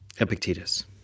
Epictetus